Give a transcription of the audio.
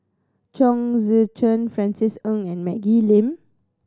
Chong Tze Chien Francis Ng and Maggie Lim